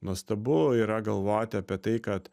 nuostabu yra galvoti apie tai kad